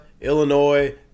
Illinois